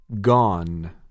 Gone